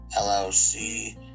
LLC